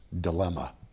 dilemma